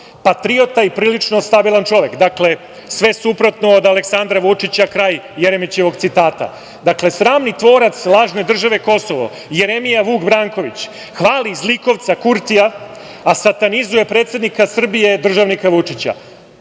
patriota i prilično stabilan čovek. Dakle, sve suprotno od Aleksandra Vučića“, kraj Jeremićevog citata. Dakle, sramni tvorac lažne države Kosovo, Jeremija Vuk Branković, hvali zlikovca Kurtija, a satanizuje predsednika Srbije, državnika Vučića.